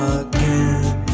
again